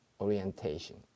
orientation